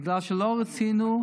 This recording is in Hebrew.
בגלל שלא רצינו,